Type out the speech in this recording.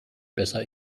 besser